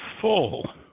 full